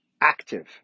active